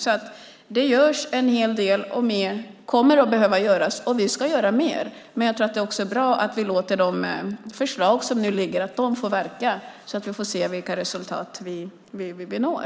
Det görs alltså en hel del, och mer kommer att behöva göras. Vi ska göra mer, men jag tror att det också är bra att vi låter de förslag som föreligger verka nu. Då får vi se vilka resultat vi når.